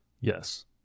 Yes